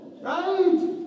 Right